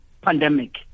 pandemic